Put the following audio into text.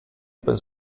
open